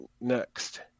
next